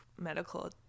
medical